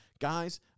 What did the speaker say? Guys